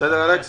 בסדר, אלכס?